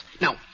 Now